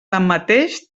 tanmateix